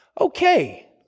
Okay